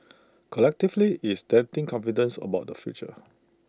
collectively IT is denting confidence about the future